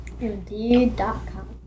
Indeed.com